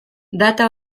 data